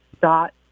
dot